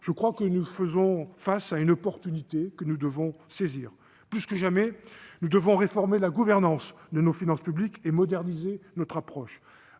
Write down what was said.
je crois que nous sommes face à une occasion que nous devons saisir. Plus que jamais, nous devons réformer la gouvernance de nos finances publiques et moderniser notre approche.